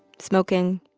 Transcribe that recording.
smoking,